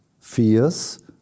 fears